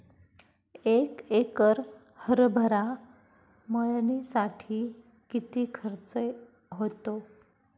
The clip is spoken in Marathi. एक एकर हरभरा मळणीसाठी किती खर्च होतो?